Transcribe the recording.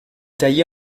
taillée